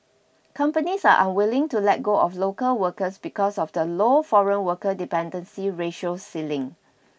companies are unwilling to let go of local workers because of the low foreign worker dependency ratio ceiling